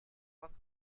was